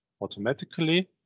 automatically